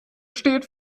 steht